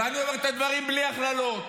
ואני אומר את הדברים בלי הכללות.